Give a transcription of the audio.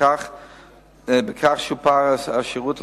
בכך שופר השירות,